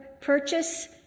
purchase